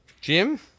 Jim